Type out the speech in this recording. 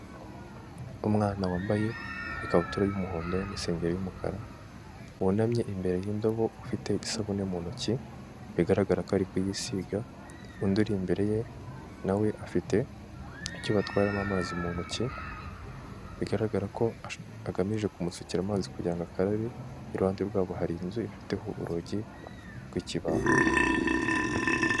Umwana wambaye ikabutura y'umuhondo n'isengeri y'umukara, wunamye imbere y'indobo ufite isabune mu ntoki bigaragara ko ari kuyisiga, undi iri imbere ye na we afite icyo batwaramo amazi mu ntoki, bigaragara ko agamije kumusukira amazi kugira ngo akarabe, iruhande rwabo hari inzu ifiteho urugi rw'ikibaho.